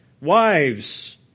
Wives